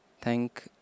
thank